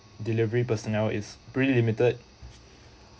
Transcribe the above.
delivery personnel is pretty limited